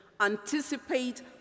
Anticipate